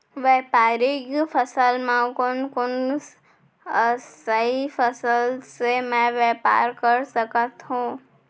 व्यापारिक फसल म कोन कोन एसई फसल से मैं व्यापार कर सकत हो?